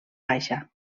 baixa